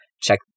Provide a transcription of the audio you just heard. check